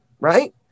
right